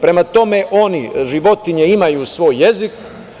Prema tome, životinje imaju svoj jezik.